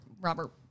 Robert